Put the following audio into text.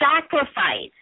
Sacrifice